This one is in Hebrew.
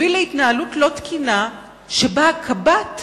הביא להתנהלות לא תקינה שבה הקב"ט,